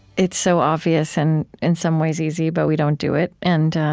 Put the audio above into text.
it's so obvious and in some ways easy, but we don't do it. and